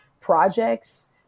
projects